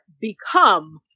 become